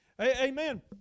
amen